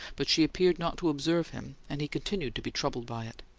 but she appeared not to observe him, and he continued to be troubled by it.